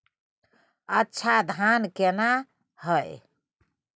अच्छा धान केना हैय?